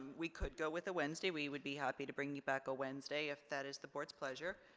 we could go with a wednesday, we would be happy to bring you back a wednesday if that is the board's pleasure.